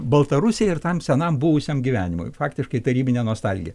baltarusijai ir tam senam buvusiam gyvenimui faktiškai tarybinė nostalgija